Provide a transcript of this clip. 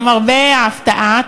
למרבה ההפתעה,